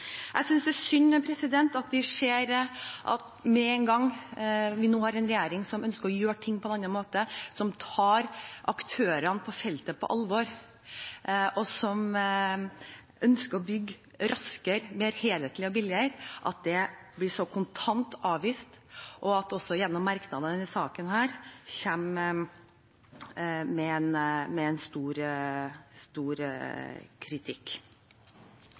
Jeg synes det er synd at man med en gang vi har en regjering som ønsker å gjøre ting på en annen måte, som tar aktørene på feltet på alvor, og som ønsker å bygge raskere, mer helhetlig og billigere, blir det kontant avvist, og det kommer sterk kritikk gjennom merknadene i denne saken.